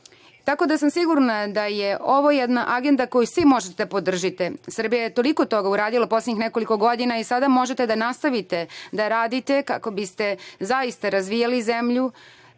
Evropi. Sigurna sam da je ovo jedna agenda koju svi možete da podržite. Srbija je toliko toga uradila u poslednjih nekoliko godina i sada možete da nastavite da radite kako biste zaista razvijali zemlju